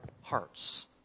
hearts